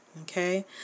Okay